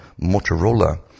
Motorola